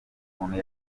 ukuntu